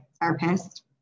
therapist